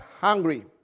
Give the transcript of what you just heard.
hungry